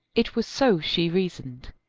it was so she reasoned.